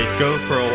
go for